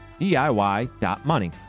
DIY.money